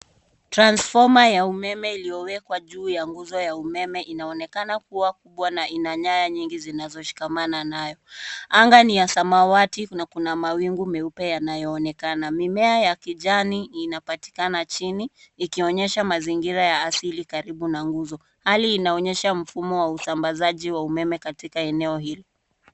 Transformer ya umeme iliyowekwa juu ya nguzo ya umeme inaonekana kuwa kubwa na ina nyaya nyingi zinazoshikamana nayo. Anga ni ya samawati na kuna mawingu meupe yanayoonekana. Mimea ya kijani inapatikana chini ikionyesha mazingira ya asili karibu na nguzo. Hali inaonyesha mfumo wa usambazaji umeme katika eneo hilo.